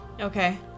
Okay